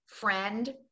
friend